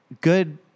Good